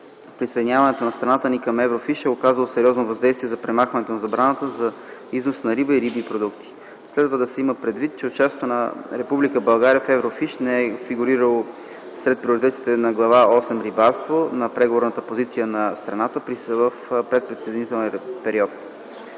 присъединяването на страната ни към Еврофиш е оказало сериозно въздействие за премахването на забраната за износ на риба и рибни продукти. Следва да се има предвид, че участието на Република България в Еврофиш не е фигурирало сред приоритетите на Глава осма „Рибарство” на Преговорната позиция на страната от предприсъединителния период.